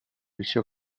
liceo